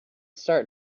start